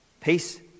peace